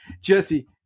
Jesse